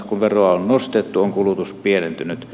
kun veroa on nostettu on kulutus pienentynyt